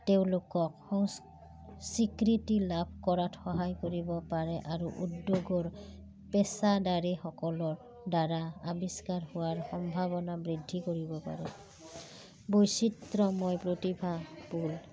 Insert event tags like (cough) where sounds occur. তেওঁলোকক সং স্বীকৃতি লাভ কৰাত সহায় কৰিব পাৰে আৰু উদ্যোগৰ পেছাদাৰীসকলৰদ্বাৰা আৱিষ্কাৰ হোৱাৰ সম্ভাৱনা বৃদ্ধি কৰিব পাৰোঁ বৈচিত্ৰময় প্ৰতিভা (unintelligible)